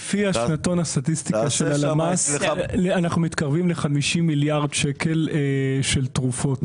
לפי הסטטיסטיקה של הלמ"ס אנחנו מתקרבים ל-50 מיליארדי שקלים של תרופות.